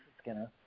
Skinner